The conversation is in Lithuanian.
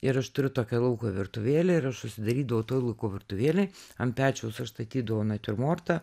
ir aš turiu tokią lauko virtuvėlę ir aš užsidarydavau toj lauko virtuvėlėj ant pečiaus aš statydavau natiurmortą